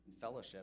Fellowship